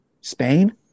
Spain